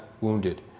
wounded